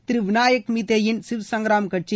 திரு வினாயக் மீதேயின் சிவ்சுப்ராம் கட்சி